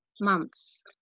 months